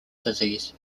disease